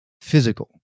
physical